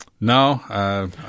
No